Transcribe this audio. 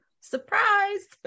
surprise